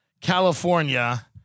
California